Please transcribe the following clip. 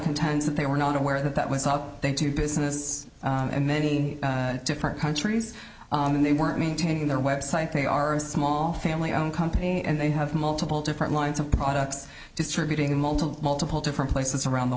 contends that they were not aware that that was all they do business and many different countries and they weren't maintaining their website they are a small family owned company and they have multiple different lines of products distributing multiple multiple different places around the